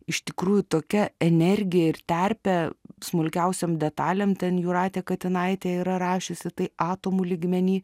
iš tikrųjų tokia energija ir terpė smulkiausiom detalėm ten jūratė katinaitė yra rašiusi tai atomų lygmeny